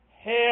hell